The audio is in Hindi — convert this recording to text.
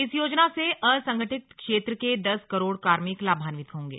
इस योजना से असंगठित क्षेत्र के दस करोड़ कार्मिक लाभान्वित होंगे